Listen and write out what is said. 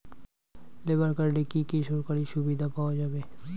Labour কার্ডে কি কি সরকারি সুবিধা পাওয়া যাবে?